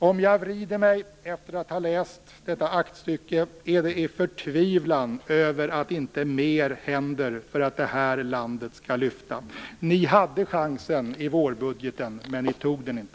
Om jag vrider mig efter att ha läst detta aktstycke är det i förtvivlan över att inte mer händer för att det här landet skall lyfta. Ni hade chansen i vårbudgeten, men ni tog den inte.